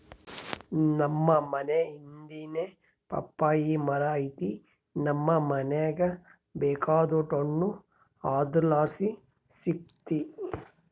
ನಮ್ ಮನೇ ಹಿಂದೆನೇ ಪಪ್ಪಾಯಿ ಮರ ಐತೆ ನಮ್ ಮನೀಗ ಬೇಕಾದೋಟು ಹಣ್ಣು ಅದರ್ಲಾಸಿ ಸಿಕ್ತತೆ